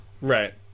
Right